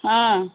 ହଁ